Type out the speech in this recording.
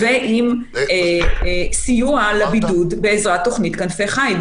-- ועם סיוע לבידוד בעזרת תוכנית "כנפי חיל".